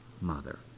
mother